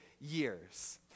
years